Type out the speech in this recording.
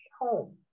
home